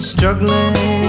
Struggling